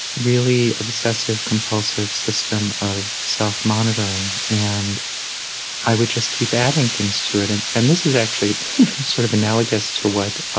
really obsessive-compulsive system of self-monitoring and i would just keep adding things to it. and and this is actually sort of analogous to what